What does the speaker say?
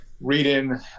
reading